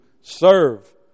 serve